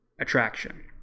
attraction